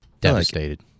Devastated